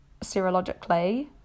serologically